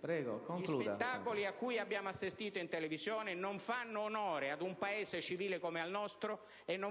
Gli spettacoli cui abbiamo assistito in televisione non fanno onore a un Paese civile come il nostro e a